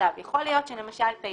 יכול להיות שלמשל PayPal,